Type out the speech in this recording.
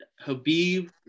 Habib